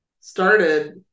started